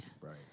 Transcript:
Right